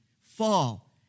fall